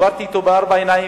דיברתי אתו בארבע עיניים,